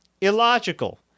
illogical